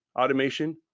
automation